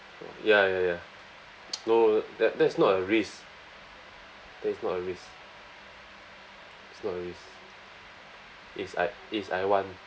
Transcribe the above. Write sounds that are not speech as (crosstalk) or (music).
ya ya ya (noise) no that that's not a risk that is not a risk it's not a risk it's I it's I want